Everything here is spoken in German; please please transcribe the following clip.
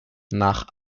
nach